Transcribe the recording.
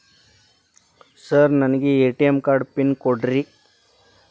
Sir ನನಗೆ ATM card pin ಕೊಡ್ರಿ?